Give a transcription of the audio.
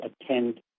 attend